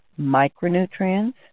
micronutrients